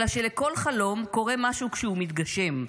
אלא שלכל חלום קורה משהו כשהוא מתגשם: